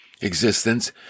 existence